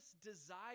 desire